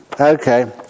okay